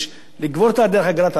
לגבות אותה דרך אגרת הרכב.